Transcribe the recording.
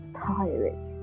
tired